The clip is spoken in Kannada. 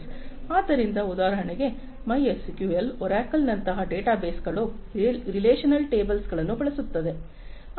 ಆದ್ದರಿಂದ ಉದಾಹರಣೆಗೆ MySQL ಒರಾಕಲ್ ನಂತಹ ಡೇಟಾಬೇಸ್ಗಳು ರಿಲೇಶನಲ್ ಟೇಬಲ್ಸ್ಗಳನ್ನು ಬಳಸುತ್ತವೆ